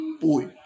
Boy